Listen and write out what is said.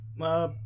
Uh-